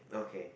okay